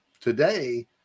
today